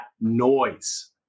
noise